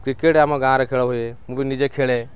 cricket ଆମ ଗାଁରେ ଖେଳ ହୁଏ ମୁଁ ବି ନିଜେ ଖେଳେ